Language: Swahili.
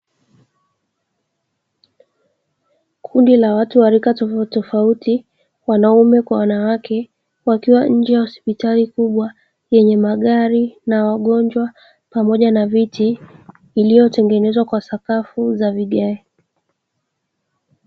Kundi la watu wa lika tofautitofauti wanaume kwa wanawake, wakiwa nje ya hospital kubwa yenye magali pamoja na wagonjwa pamoja na viti vilivyotengenezwa kwa sakafu za vigae.